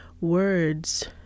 words